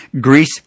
Greece